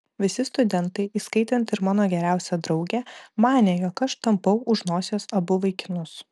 visi studentai įskaitant ir mano geriausią draugę manė jog aš tampau už nosies abu vaikinus